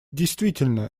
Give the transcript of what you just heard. действительно